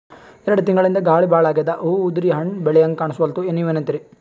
ಎರೆಡ್ ತಿಂಗಳಿಂದ ಗಾಳಿ ಭಾಳ ಆಗ್ಯಾದ, ಹೂವ ಉದ್ರಿ ಹಣ್ಣ ಬೆಳಿಹಂಗ ಕಾಣಸ್ವಲ್ತು, ನೀವೆನಂತಿರಿ?